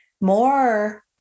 More